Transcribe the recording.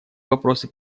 вопросы